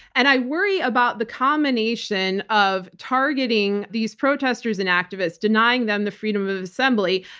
and i worry about the combination of targeting these protesters and activists, denying them the freedom of assembly,